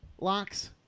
locks